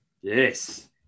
yes